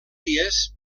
dies